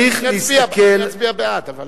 אני אצביע בעד, אבל